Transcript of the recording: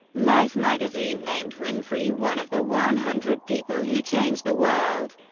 life magazine named winfrey one of the one hundred people who changed the world,